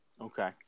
Okay